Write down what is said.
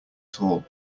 tall